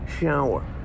shower